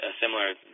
similar